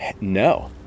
No